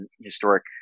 historic